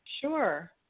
Sure